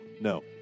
No